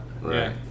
Right